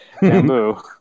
Bamboo